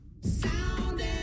Sound